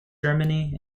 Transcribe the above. germany